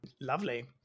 Lovely